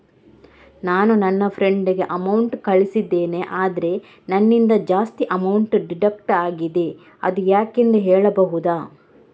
ನಾನು ನನ್ನ ಫ್ರೆಂಡ್ ಗೆ ಅಮೌಂಟ್ ಕಳ್ಸಿದ್ದೇನೆ ಆದ್ರೆ ನನ್ನಿಂದ ಜಾಸ್ತಿ ಅಮೌಂಟ್ ಡಿಡಕ್ಟ್ ಆಗಿದೆ ಅದು ಯಾಕೆಂದು ಹೇಳ್ಬಹುದಾ?